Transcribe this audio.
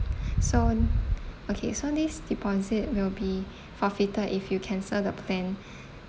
so okay so this deposit will be forfeited if you cancel the plan